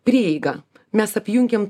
prieigą mes apjungėm